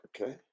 okay